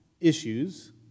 issues